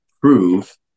prove